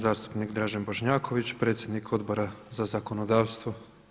Zastupnik Dražen Bošnjaković predsjednik Odbora za zakonodavstvo.